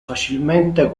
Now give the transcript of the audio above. facilmente